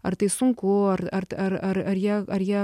ar tai sunku ar ar ar ar jie ar jie